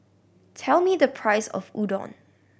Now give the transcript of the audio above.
tell me the price of Udon